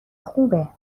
خوبه